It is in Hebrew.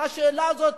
הרי השאלה הזאת,